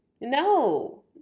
No